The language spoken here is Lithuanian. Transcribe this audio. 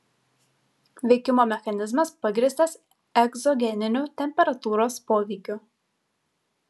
veikimo mechanizmas pagrįstas egzogeniniu temperatūros poveikiu